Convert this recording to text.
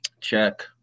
check